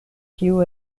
kio